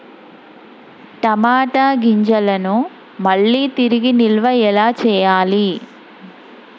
టమాట గింజలను మళ్ళీ తిరిగి నిల్వ ఎలా చేయాలి?